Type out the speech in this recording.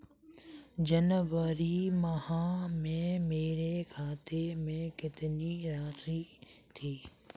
जनवरी माह में मेरे खाते में कितनी राशि थी?